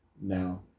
Now